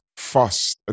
fuss